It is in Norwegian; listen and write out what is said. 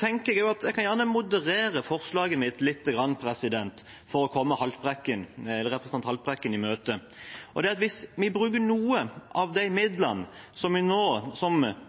tenker også at jeg gjerne kan moderere forslaget mitt lite grann for å komme representanten Haltbrekken i møte. Hvis vi bruker noen av de midlene som vi nå kunne tatt inn på moms, på andre klimatiltak, mer effektive klimatiltak, som